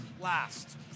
last